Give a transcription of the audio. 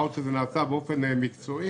מה גם שזה נעשה באופן מקצועי